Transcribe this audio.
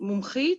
מומחית,